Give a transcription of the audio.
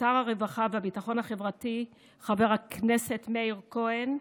שר הרווחה הביטחון החברתי חבר הכנסת מאיר כהן,